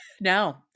No